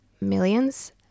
Millions